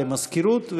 למזכירות,